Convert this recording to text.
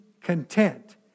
content